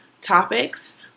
topics